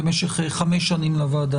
למשך חמש שנים לוועדה.